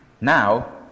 Now